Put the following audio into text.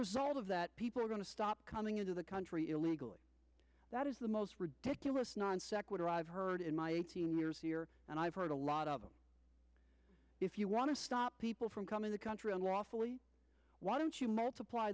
result of that people are going to stop coming into the country illegally that is the most ridiculous non sequitur i've heard in my eighteen years here and i've heard a lot of them if you want to stop people from coming to country unlawfully why don't you multiply